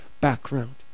background